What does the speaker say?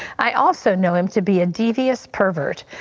i also know him to be a devious pervert.